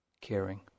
caring